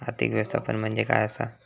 आर्थिक व्यवस्थापन म्हणजे काय असा?